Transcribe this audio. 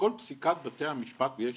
וכל פסיקת בתי המשפט, ויש